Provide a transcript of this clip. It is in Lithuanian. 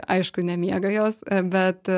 aišku nemiega jos bet